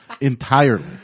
entirely